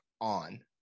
on